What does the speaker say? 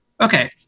Okay